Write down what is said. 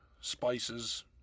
spices